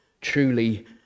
truly